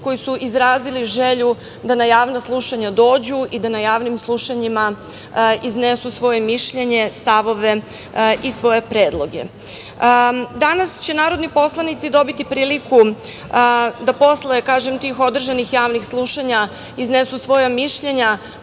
koji su izrazili želju da na javna slušanja dođu i da na javnim slušanjima iznesu svoje mišljenje, stavove i svoje predloge. Danas će narodni poslanici dobiti priliku da posle tih održanih javnih slušanja iznesu svoja mišljenja,